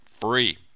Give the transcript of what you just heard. free